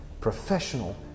professional